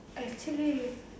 actually